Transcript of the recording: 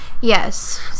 Yes